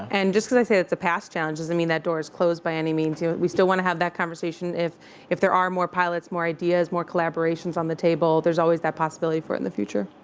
and just because i say it's a past challenge doesn't mean that door is closed by any means. you know, we still want to have that conversation. if if there are more pilots. more ideas. more collaborations on the table, there's always that possibility for it in the future.